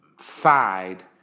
side